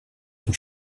den